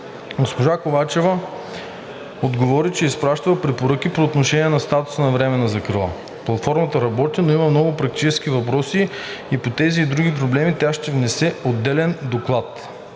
Госпожа Ковачева отговори, че е изпращала препоръки по отношение на статута за временна закрила. Платформата работи, но има много практически въпроси и по тези и други проблеми тя ще внесе отделен доклад.